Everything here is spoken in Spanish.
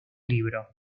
libro